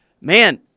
man